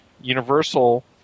universal